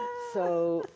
so,